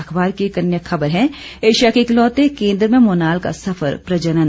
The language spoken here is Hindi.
अखबार की एक अन्य खबर है एशिया के इकलौते केंद्र में मोनाल का सफल प्रजनन